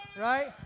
Right